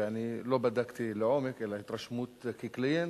ואני לא בדקתי לעומק אלא התרשמות כקליינט,